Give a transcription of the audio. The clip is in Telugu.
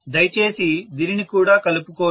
దయచేసి దీనిని కూడా కలుపుకోండి